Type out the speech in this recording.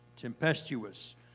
Tempestuous